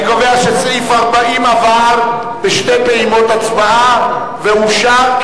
אני קובע שסעיף 40 עבר בשתי פעימות הצבעה ואושר,